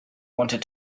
wanted